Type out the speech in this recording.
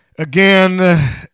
Again